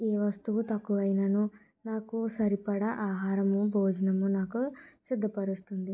ఏ వస్తువు తక్కువ అయనను నాకు సరిపడ ఆహరం భోజనం నాకు సిద్దపరుస్తుంది